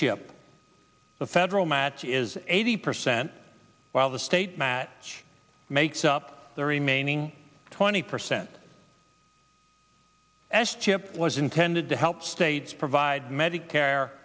the federal matching is eighty percent while the state matt makes up the remaining twenty percent as chip was intended to help states provide medicare